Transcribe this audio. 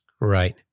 Right